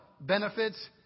benefits